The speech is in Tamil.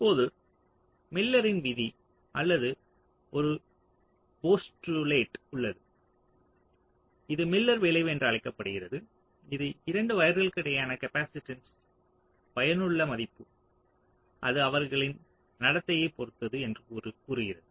இப்போது மில்லரின் விதி அல்லது ஒரு போஸ்டுலேட் உள்ளது இது மில்லர் விளைவு என்று அழைக்கப்படுகிறது இது 2 வயர்களுக்கு இடையிலான காப்பாசிட்டன்ஸ் ன் பயனுள்ள மதிப்பு அது அவர்களின் நடத்தையைப் பொறுத்தது என்று கூறுகிறது